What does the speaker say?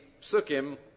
Sukkim